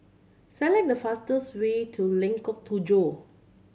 select the fastest way to Lengkok Tujoh